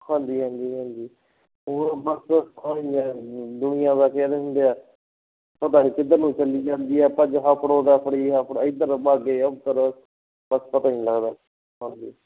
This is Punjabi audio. ਹਾਂਜੀ ਹਾਂਜੀ ਹਾਂਜੀ ਹੋਰ ਬਸ ਆਹੀ ਹੈ ਦੁਨੀਆ ਦਾ ਕੀ ਕਹਿੰਦੇ ਹੁੰਦੇ ਹੈ ਪਤਾ ਨਹੀਂ ਕਿੱਧਰ ਨੂੰ ਚੱਲੀ ਜਾਂਦੀ ਹੈ ਭੱਜ ਹਫੜੋ ਦਫੜੀ ਇੱਧਰ ਵਗ ਗਏ ਉੱਧਰ ਬਸ ਪਤਾ ਹੀ ਨਹੀਂ ਲੱਗਦਾ ਹਾਂਜੀ